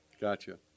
Gotcha